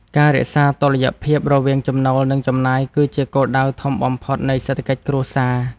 ការរក្សាតុល្យភាពរវាងចំណូល និងចំណាយ គឺជាគោលដៅធំបំផុតនៃសេដ្ឋកិច្ចគ្រួសារ។